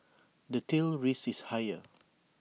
the tail risk is higher